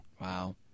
Wow